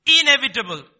inevitable